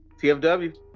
TFW